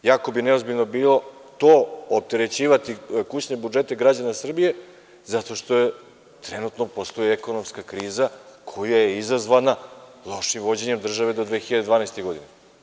Jako bi neozbiljno bilo opterećivati kućne budžete građana Srbije zato što trenutno postoji ekonomska kriza koja je izazvana lošim vođenjem države do 2012. godine.